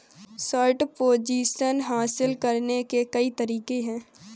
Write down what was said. short position हासिल करने के कई तरीके हैं